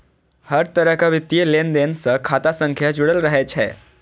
हर तरहक वित्तीय लेनदेन सं खाता संख्या जुड़ल रहै छै